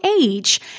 age